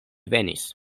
venis